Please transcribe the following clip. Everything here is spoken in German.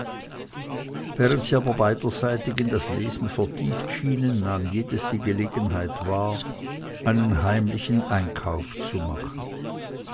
während sie aber beiderseitig in das lesen vertieft schienen nahm jedes die gelegenheit wahr einen heimlichen einkauf zu machen